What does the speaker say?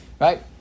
right